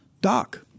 Doc